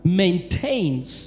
maintains